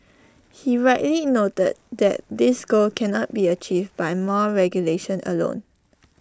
he rightly noted that this goal cannot be achieved by more regulation alone